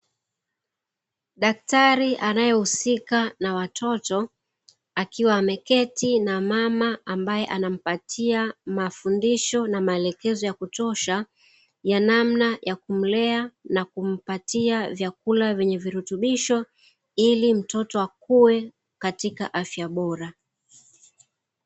Daktari anayehusika na watoto, akiwa ameketi na mama ambaye anampatia mafundisho na maelekezo ya kutosha ya namna ya kumlea na kumpatia vyakula vyenye virutubisho ili mtoto akue katika afya bora.